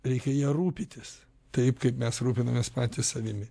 reikia ja rūpitis taip kaip mes rūpinames patys savimi